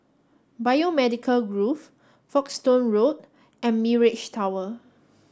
Biomedical Grove Folkestone Road and Mirage Tower